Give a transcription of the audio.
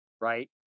right